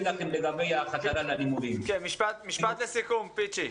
משפט לסיכום, פיצ'י.